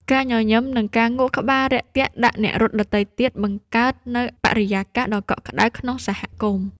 ការញញឹម និងការងក់ក្បាលរាក់ទាក់ដាក់អ្នករត់ដទៃទៀត បង្កើតនូវបរិយាកាសដ៏កក់ក្ដៅក្នុងសហគមន៍។